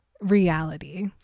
reality